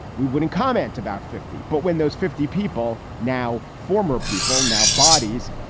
we wouldn't comment about fifty. but when those fifty people, now former people now bodies,